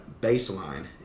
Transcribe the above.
baseline